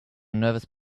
nervous